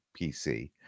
PC